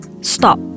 Stop